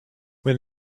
when